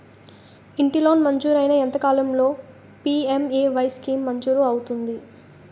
ఇంటి లోన్ మంజూరైన ఎంత కాలంలో పి.ఎం.ఎ.వై స్కీమ్ మంజూరు అవుతుంది?